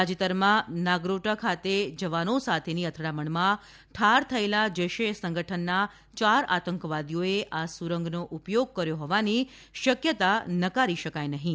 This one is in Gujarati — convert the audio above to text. તાજેતરમાં નાગરોટા ખાતે જવાનો સાથેની અથડામણમાં ઠાર થયેલા જૈશ એ સંગઠનના ચાર આંતકવાદીઓએ આ સુરંગનો ઉપયોગ કર્યો હોવાની શક્યતા નકારી શકાય નહીં